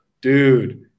dude